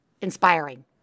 inspiring